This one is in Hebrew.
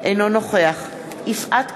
אינו נוכח יפעת קריב,